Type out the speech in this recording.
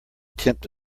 tempt